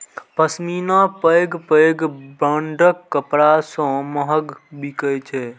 पश्मीना पैघ पैघ ब्रांडक कपड़ा सं महग बिकै छै